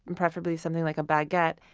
preferably something like a baguette,